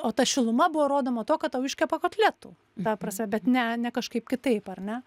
o ta šiluma buvo rodoma tuo kad tau iškepa kotletų ta prasme bet ne ne kažkaip kitaip ar ne